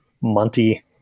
Monty